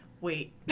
wait